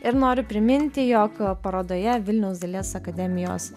ir noriu priminti jog parodoje vilniaus dailės akademijos